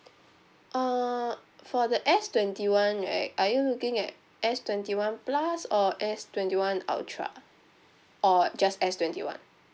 uh for the S twenty one right are you looking at S twenty one plus or S twenty one ultra or just S twenty one